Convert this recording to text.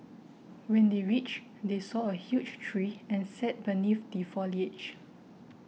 when they reached they saw a huge tree and sat beneath the foliage